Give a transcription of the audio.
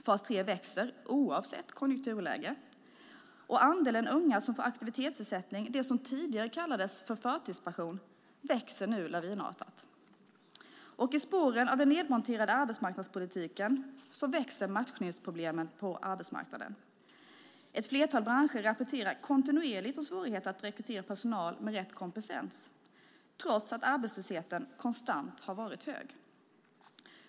Fas 3 växer oavsett konjunkturläge. Andelen unga som får aktivitetsersättning, det som tidigare kallades förtidspension, växer nu lavinartat. Och i spåren av den nedmonterade arbetsmarknadspolitiken växer matchningsproblemen på arbetsmarknaden. Ett flertal branscher rapporterar kontinuerligt om svårigheter att rekrytera personal med rätt kompetens trots att arbetslösheten konstant har varit hög.